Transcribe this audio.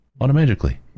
automatically